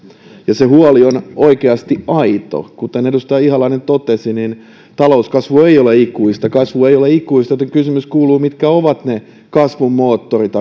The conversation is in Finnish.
ja se huoli on oikeasti aito kuten edustaja ihalainen totesi talouskasvu ei ole ikuista kasvu ei ole ikuista joten kysymys kuuluu mitkä ovat ne kasvun moottorit